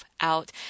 out